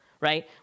Right